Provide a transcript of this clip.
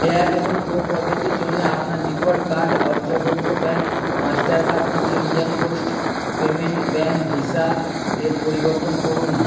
tap এবং pay পদ্ধতির জন্য আপনার default card Aryavart bank Mastercard থেকে Indian post payment bank Visa এর পরিবর্তন করুন